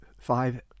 five